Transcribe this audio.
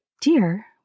dear